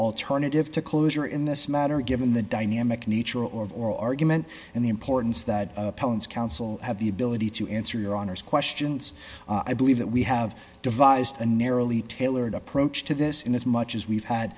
alternative to closure in this matter given the dynamic nature or oral argument and the importance that appellant's counsel have the ability to answer your honor's questions i believe that we have devised a narrowly tailored approach to this in as much as we've had